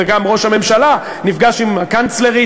וגם ראש הממשלה נפגש עם הקנצלרית,